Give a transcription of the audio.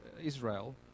Israel